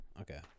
Okay